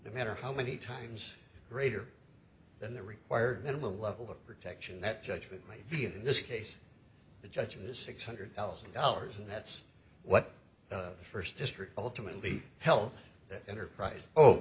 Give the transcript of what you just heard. no matter how many times greater than the required minimum level of protection that judgment might be in this case the judge is six hundred thousand dollars and that's what the first district ultimately held that enterprise oh